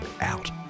out